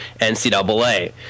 ncaa